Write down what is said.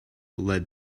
led